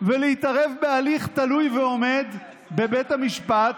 ולהתערב בהליך תלוי ועומד בבית המשפט,